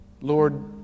Lord